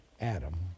Adam